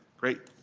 great.